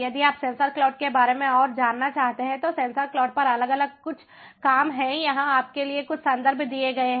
यदि आप sensor cloud के बारे में और जानना चाहते हैं तो सेंसर क्लाउड पर अलग अलग कुछ काम है यहाँ आपके लिए कुछ संदर्भ दिए गए हैं